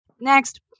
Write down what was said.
Next